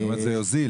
זאת אומר, זה יוזיל.